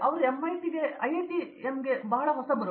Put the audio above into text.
ಅವರು ಐಐಟಿಎಮ್ಗೆ ಬಹಳ ಹೊಸಬರು